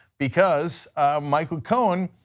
because michael cohen